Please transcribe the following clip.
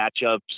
matchups